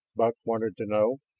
buck wanted to know.